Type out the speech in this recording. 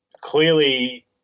clearly